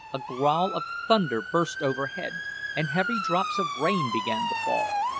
a growl of thunder burst overhead and heavy drops of rain began to fall.